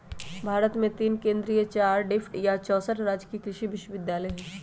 भारत मे तीन केन्द्रीय चार डिम्ड आ चौसठ राजकीय कृषि विश्वविद्यालय हई